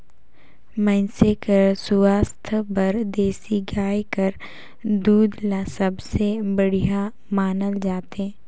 मइनसे कर सुवास्थ बर देसी गाय कर दूद ल सबले बड़िहा मानल जाथे